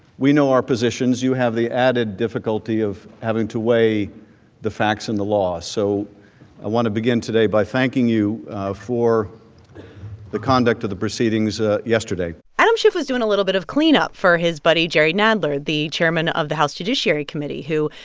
we know our positions. you have the added difficulty of having to weigh the facts and the law, so i want to begin today by thanking you for the conduct of the proceedings ah yesterday adam schiff was doing a little bit of cleanup for his buddy jerry nadler, the chairman of the house judiciary committee, who,